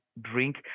drink